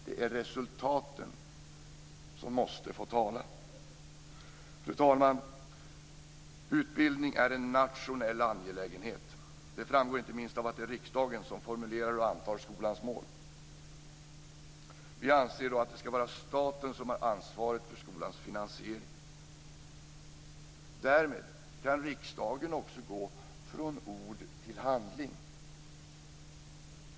Det är resultaten som måste få tala. Fru talman! Utbildning är en nationell angelägenhet. Det framgår inte minst av att det är riksdagen som formulerar och antar skolans mål. Vi anser att det då också ska vara staten som har ansvaret för skolans finansiering. Därmed kan riksdagen också gå från ord till handling.